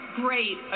great